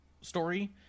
story